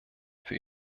für